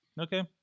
Okay